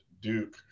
duke